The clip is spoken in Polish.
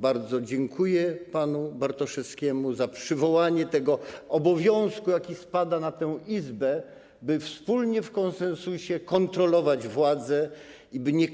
Bardzo dziękuję panu Bartoszewskiemu za przywołanie obowiązku, jaki spada na tę Izbę, by wspólnie w ramach konsensusu kontrolować władzę, by nie